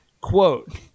quote